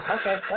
okay